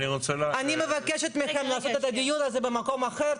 אני מבקשת מכם לעשות את הדיון הזה במקום אחר.